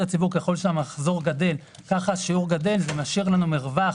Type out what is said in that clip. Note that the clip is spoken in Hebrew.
הציבור ככל שהמחזור גדל כך השיעור גדל זה משאיר לנו מרווח